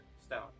stone